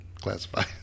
classify